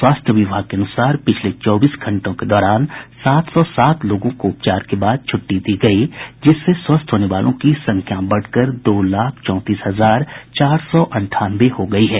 स्वास्थ्य विभाग के अनुसार पिछले चौबीस घंटों के दौरान सात सौ सात लोगों को उपचार के बाद छट्टी दी गयी जिससे स्वस्थ होने वालों की संख्या बढ़कर दो लाख चौंतीस हजार चार सौ अंठानवे हो गयी है